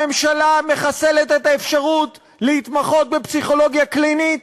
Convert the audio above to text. הממשלה מחסלת את האפשרות להתמחות בפסיכולוגיה קלינית,